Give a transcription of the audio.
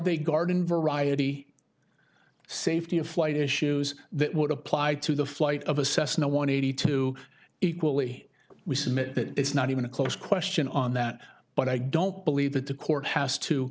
they garden variety safety of flight issues that would apply to the flight of a cessna one eighty two equally we submit that it's not even a close question on that but i don't believe that the court has to